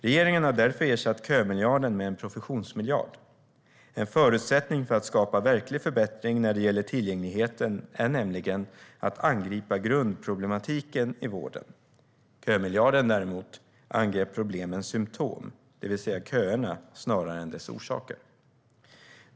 Regeringen har därför ersatt kömiljarden med en professionsmiljard. En förutsättning för att skapa verklig förbättring när det gäller tillgängligheten är nämligen att angripa grundproblematiken i vården. Kömiljarden angrep däremot problemens symtom, det vill säga köerna, snarare än deras orsaker.